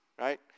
right